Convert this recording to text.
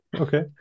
Okay